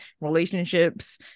relationships